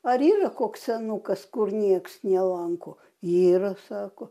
ar yra koks senukas kur nieks nelanko yra sako